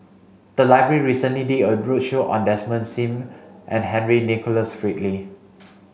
the library recently did a roadshow on Desmond Sim and Henry Nicholas Ridley